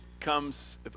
comes